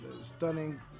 stunning